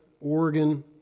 Oregon